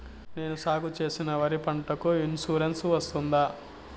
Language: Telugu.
నేను సాగు చేసిన వరి పంటకు ఇన్సూరెన్సు వస్తుందా?